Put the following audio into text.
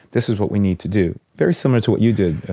this is what we need to do. very similar to what you did,